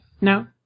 No